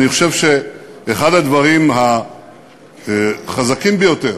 אני חושב שאחד הדברים החזקים ביותר